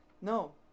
No